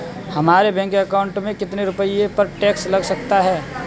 हमारे bank account में कितने रुपये पर टैक्स लग सकता है?